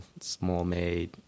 small-made